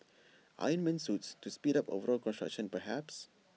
iron man suits to speed up overall construction perhaps